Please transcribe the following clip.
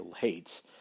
hates